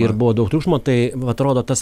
ir buvo daug triukšmo tai atrodo tas